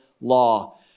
law